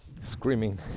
screaming